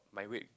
my weight